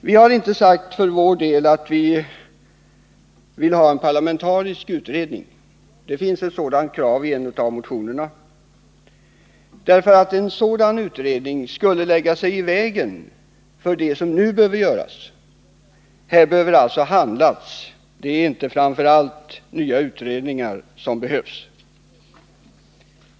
Vi har för vår del inte sagt att vi vill ha en parlamentarisk utredning — det finns ett sådant krav i en av motionerna — därför att en sådan utredning skulle lägga sig i vägen för det som nu behöver göras. Här måste alltså handlas; det är inte framför allt nya utredningar som behövs.